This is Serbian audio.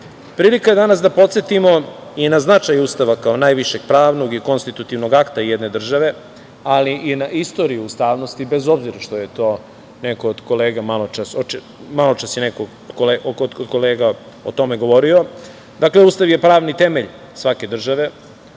državu. Prilika je danas da podsetimo i na značaj Ustava kao najvišeg pravnog i konstitutivnog akta jedne države, ali i na istoriju ustavnosti bez obzira što je to neko od kolega malo čas je o tome govorio. Dakle, Ustav je pravni temelj svake države.